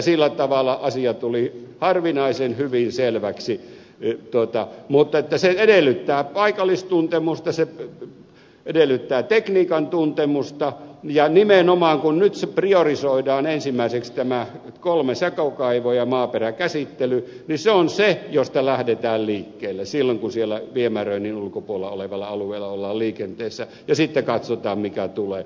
sillä tavalla asia tuli harvinaisen hyvin selväksi mutta se edellyttää paikallistuntemusta se edellyttää tekniikan tuntemusta ja nimenomaan kun nyt priorisoidaan ensimmäiseksi tämä kolme sakokaivoa ja maaperäkäsittely niin se on se josta lähdetään liikkeelle silloin kun siellä viemäröinnin ulkopuolella olevalla alueella ollaan liikenteessä ja sitten katsotaan mikä tulee